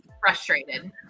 frustrated